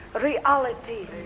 reality